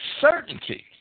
certainty